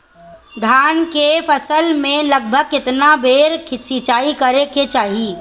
धान के फसल मे लगभग केतना बेर सिचाई करे के चाही?